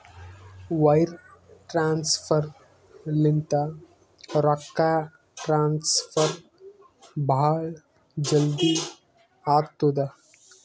wire transfer ಲಿಂತ ರೊಕ್ಕಾ transfer ಭಾಳ್ ಜಲ್ದಿ ಆತ್ತುದ